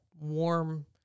warm